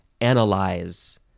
analyze